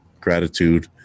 gratitude